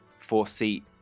four-seat